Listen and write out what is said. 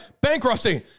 bankruptcy